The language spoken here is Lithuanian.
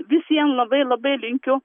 visiem labai labai linkiu